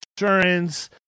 insurance